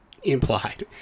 Implied